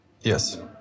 Yes